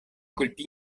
colpì